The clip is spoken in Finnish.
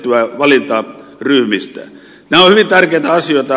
nämä ovat hyvin tärkeitä asioita